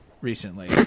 recently